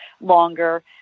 longer